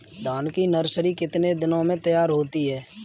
धान की नर्सरी कितने दिनों में तैयार होती है?